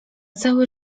całe